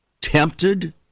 tempted